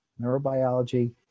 Neurobiology